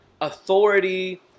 authority